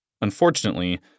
Unfortunately